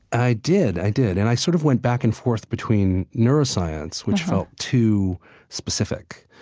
i did. i did, and i sort of went back and forth between neuroscience, which felt too specific.